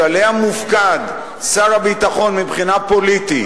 שעליה מופקד שר הביטחון מבחינה פוליטית